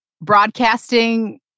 Broadcasting